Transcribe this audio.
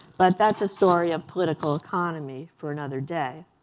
but that's a story of political economy for another day.